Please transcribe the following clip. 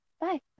bye